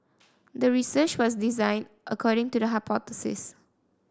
the research was designed according to the hypothesis